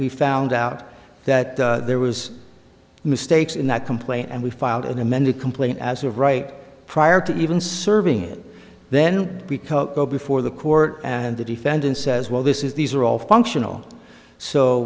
we found out that there was mistakes in that complaint and we filed an amended complaint as of right prior to even serving it then we go before the court and the defendant says well this is these are all functional so